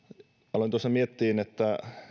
aloin tuossa miettiä että